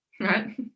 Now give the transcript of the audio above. right